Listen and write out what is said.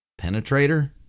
penetrator